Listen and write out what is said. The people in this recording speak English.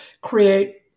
create